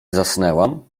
zasnęłam